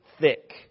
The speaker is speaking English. thick